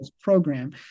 Program